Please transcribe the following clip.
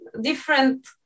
different